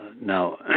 Now